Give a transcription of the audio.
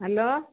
hello